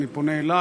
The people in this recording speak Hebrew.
אני פונה אליך,